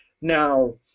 Now